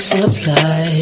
supply